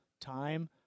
time